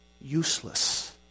useless